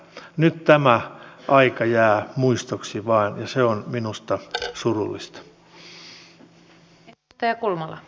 nyt tämä aika jää muistoksi vain ja se on minusta surullista